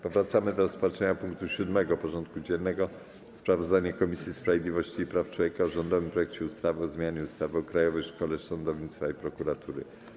Powracamy do rozpatrzenia punktu 7. porządku dziennego: Sprawozdanie Komisji Sprawiedliwości i Praw Człowieka o rządowym projekcie ustawy o zmianie ustawy o Krajowej Szkole Sądownictwa i Prokuratury.